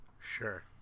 Sure